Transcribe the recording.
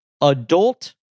adult